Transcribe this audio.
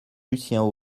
lucien